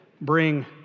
bring